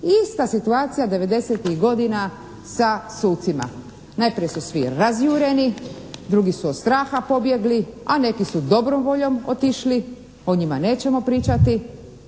Ista situacija 90-tih godina sa sucima. Najprije su svi razjureni, drugi su od straha pobjegli, a neki su bili dobrom voljom otišli, o njima nećemo pričati.